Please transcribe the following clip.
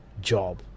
job